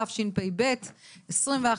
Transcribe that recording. תשפ"ב-2021,